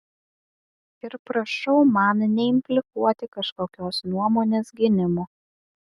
ir prašau man neimplikuoti kažkokios nuomonės gynimo